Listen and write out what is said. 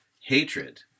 hatred